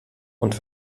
und